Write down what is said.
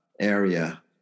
area